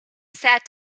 sat